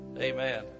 amen